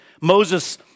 Moses